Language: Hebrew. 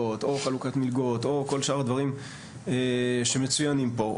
או חלוקת מלגות או כל שאר הדברים שמצוינים פה,